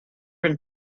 been